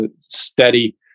steady